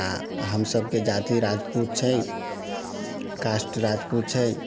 आ हमसभके जाति राजपूत छै कास्ट राजपूत छै